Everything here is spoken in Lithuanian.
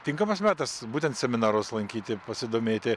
tinkamas metas būtent seminarus lankyti pasidomėti